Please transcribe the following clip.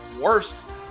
worse